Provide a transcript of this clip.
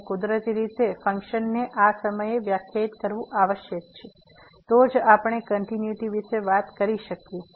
અને કુદરતી રીતે ફંક્શનને આ સમયે વ્યાખ્યાયિત કરવું આવશ્યક છે તો જ આપણે કંટીન્યુઈટી વિશે વાત કરી શકીએ